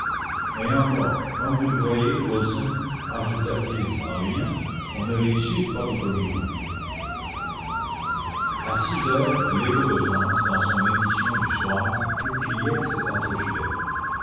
et encore comme vous le voyez wilson on ne réussit pas du premier coup à six heures l écho de france dans son édition du soir publiait cet